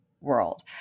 world